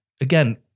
again